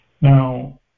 Now